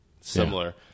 similar